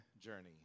journey